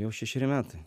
jau šešeri metai